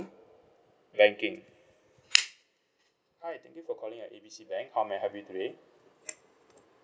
banking hi thank you for calling at A B C bank how may I help you today